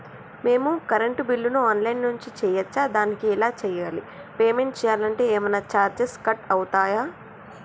మేము కరెంటు బిల్లును online నుంచి చేయచ్చా? దానికి ఎలా చేయాలి? పేమెంట్ చేయాలంటే ఏమైనా చార్జెస్ కట్ అయితయా?